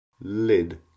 lid